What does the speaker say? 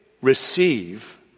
receive